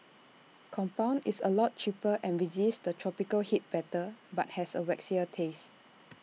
compound is A lot cheaper and resists the tropical heat better but has A waxier taste